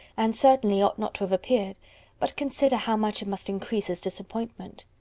and certainly ought not to have appeared but consider how much it must increase his disappointment!